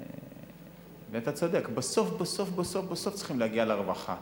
אתה צודק, בסוף בסוף צריך להגיע לרווחה.